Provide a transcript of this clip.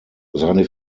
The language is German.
seine